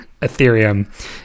Ethereum